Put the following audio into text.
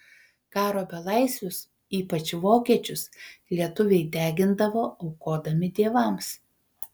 karo belaisvius ypač vokiečius lietuviai degindavo aukodami dievams